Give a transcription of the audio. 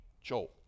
Joel